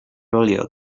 earlier